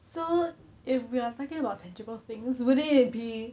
so if we are talking about tangible things wouldn't it be